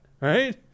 right